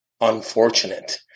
unfortunate